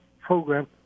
program